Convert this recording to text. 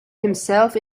himself